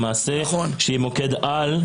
שיהיה מוקד על,